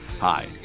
Hi